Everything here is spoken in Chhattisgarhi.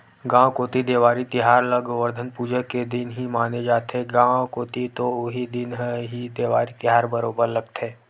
गाँव कोती देवारी तिहार ल गोवरधन पूजा के दिन ही माने जाथे, गाँव कोती तो उही दिन ह ही देवारी तिहार बरोबर लगथे